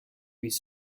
with